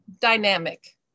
dynamic